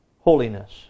holiness